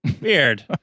Weird